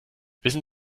wissen